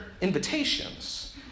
invitations